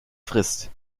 frist